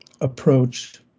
approach